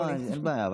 לא לא, אין בעיה.